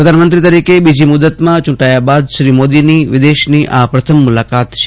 પ્રધાનમંત્રી તરીકે બીજી મુદતમાં ચુંટાયા બાદ શ્રી મોદીની વિદેશની આ પ્રથમ મુલાકાત છે